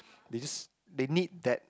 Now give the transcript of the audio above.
they just they need that